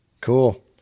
Cool